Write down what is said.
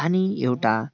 पानी एउटा